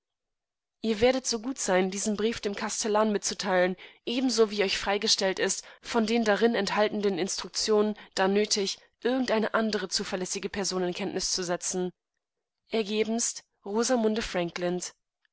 ihr werdet so gut sein diesen brief dem kastellan mitzuteilen ebenso wie euch freigestellt ist von den darin enthaltenen instruktionen da nötig irgend eine andere zuverlässigepersoninkenntniszusetzen ergebenst